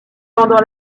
pendant